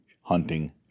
hunting